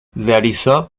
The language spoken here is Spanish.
realizó